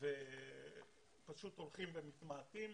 פשוט הולכים ומתמעטים,